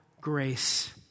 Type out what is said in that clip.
grace